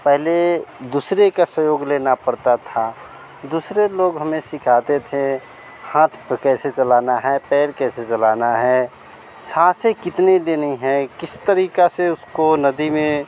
पहले दुसरे का सहयोग लेना पड़ता था दुसरे लोग हमें सिखाते थे हाथ पैर कैसे चलाना है पैर कैसे चलाना है साँसें कितनी देनी है किस तरीक़े से उसको नदी में